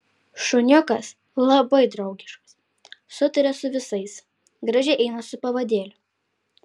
šuniukas labai draugiškas sutaria su visais gražiai eina su pavadėliu